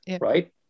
right